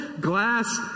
glass